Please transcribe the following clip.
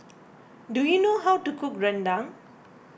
do you know how to cook Rendang